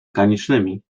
ganicznymi